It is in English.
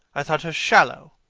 i thought her shallow.